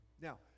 now